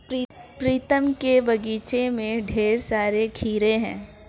प्रीतम के बगीचे में ढेर सारे खीरे हैं